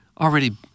already